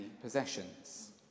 possessions